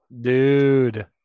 Dude